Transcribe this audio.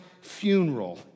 funeral